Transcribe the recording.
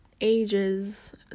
ages